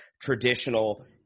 traditional